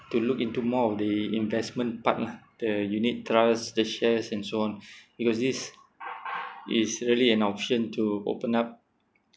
to look into more of the investment part lah the unit trust the shares and so on because this is really an option to open up